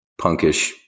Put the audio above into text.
punkish